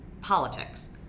politics